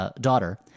daughter—